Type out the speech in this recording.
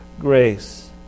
grace